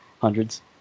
hundreds